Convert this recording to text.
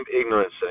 ignorance